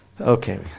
Okay